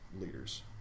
leaders